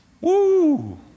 Woo